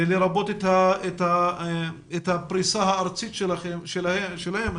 לרבות הפריסה הארצית שלהם.